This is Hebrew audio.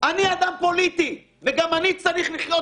אני אדם פוליטי וגם אני צריך לחיות